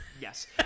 Yes